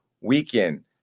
weekend